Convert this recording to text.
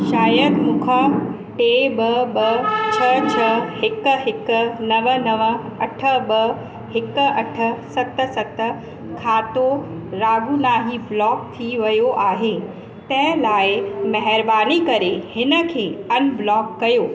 शायदि मूंखों टे ॿ ॿ छह छह हिकु हिकु नव नव अठ ॿ हिकु अठ सत सत खातो रागुनाही ब्लॉक थी वियो आहे तंहिं लाइ महिरबानी करे हिन खे अनब्लॉक कयो